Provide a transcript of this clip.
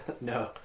No